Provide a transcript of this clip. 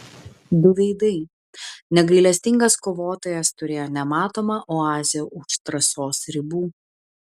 du veidai negailestingas kovotojas turėjo nematomą oazę už trasos ribų